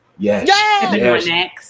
Yes